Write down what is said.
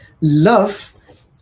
love